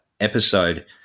episode